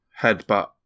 headbutt